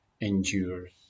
endures